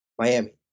Miami